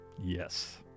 Yes